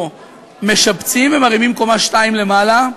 או משפצים ומרימים קומה-שתיים למעלה,